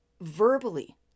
verbally